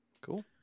Cool